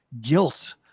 guilt